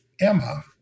Emma